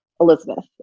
Elizabeth